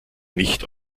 nicht